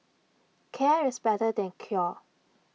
care is better than cure